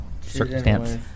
circumstance